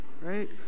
right